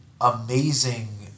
amazing